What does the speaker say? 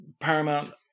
Paramount